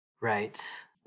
Right